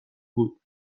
بود